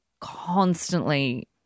constantly –